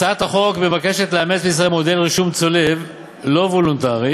הצעת החוק מבקשת לאמץ בישראל מודל רישום צולב לא וולונטרי